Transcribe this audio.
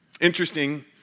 Interesting